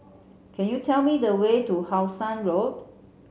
can you tell me the way to How Sun Road